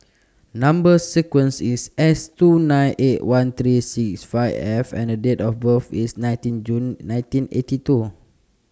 Number sequence IS S two nine eight one thirty six five F and Date of birth IS nineteen June nineteen eighty two